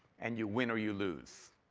and you win or you lose.